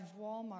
Walmart